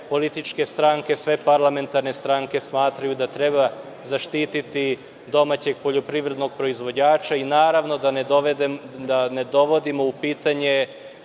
političke stranke, sve parlamentarne stranke smatraju da treba zaštiti domaćeg poljoprivrednog proizvođača i naravno, da ne dovodimo u pitanje